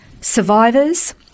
survivors –